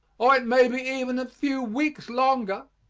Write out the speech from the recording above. or it may be even a few weeks longer,